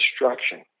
destruction